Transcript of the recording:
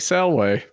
Salway